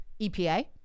epa